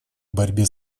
борьбе